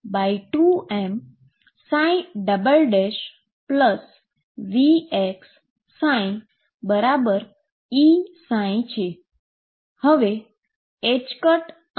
હવે અને m જે બંને ખુબ જ નાનુ છું